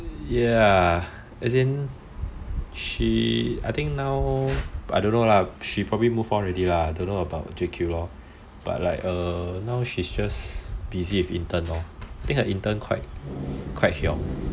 ya as in she I think now I don't know lah she probably move on already lah don't know about J_Q lor but like err now she's just busy with intern lor I think her intern quite quite hiong